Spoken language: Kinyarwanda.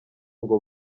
ngo